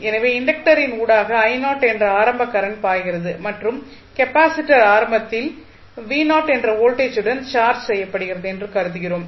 எனவே இண்டக்டரின் ஊடாக என்ற ஆரம்ப கரண்ட் பாய்கிறது மற்றும் கெப்பாசிட்டர் ஆரம்பத்தில் என்ற வோல்டேஜுடன் சார்ஜ் செய்யப்படுகிறது என்று கருதுகிறோம்